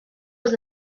was